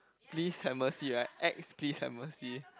please have mercy right ex please have mercy